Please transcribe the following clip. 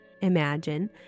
imagine